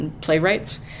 playwrights